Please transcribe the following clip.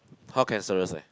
how cancerous leh